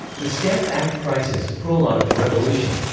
the stamp act crisis prologue to revolution.